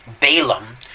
Balaam